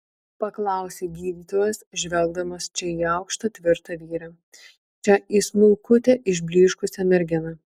paklausė gydytojas žvelgdamas čia į aukštą tvirtą vyrą čia į smulkutę išblyškusią merginą